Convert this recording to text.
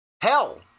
hell